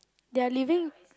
they are living